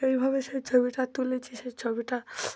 এইভাবে সেই ছবিটা তুলেছি সেই ছবিটা